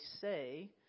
say